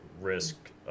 risk